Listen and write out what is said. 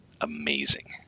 amazing